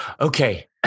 Okay